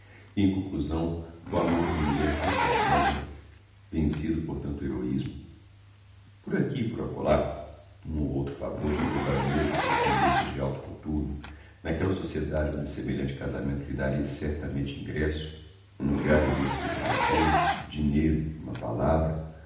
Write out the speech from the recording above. em conclusão o amor d'uma mulher tão formosa vencido por tanto heroismo por aqui e por acolá um ou outro favor de alguma baronêsa ou condessa de alto cothurno n'aquella sociedade onde semelhante casamento lhe daria certamente ingresso um logar de vice governador dinheiro n'uma palavra